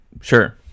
Sure